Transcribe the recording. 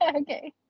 Okay